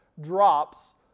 drops